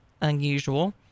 unusual